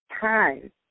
time